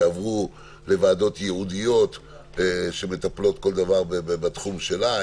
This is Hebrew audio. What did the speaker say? האם הם יעברו לוועדת ייעודיות שמטפלות בתחומים שלהן,